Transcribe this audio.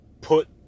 put